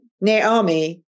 Naomi